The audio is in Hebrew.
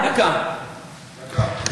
דקה.